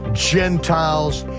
gentiles,